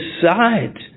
decide